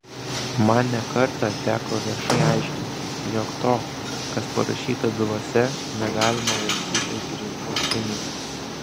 man ne kartą teko viešai aiškinti jog to kas parašyta bylose negalima laikyti grynu pinigu